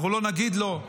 אנחנו לא נגיד לו,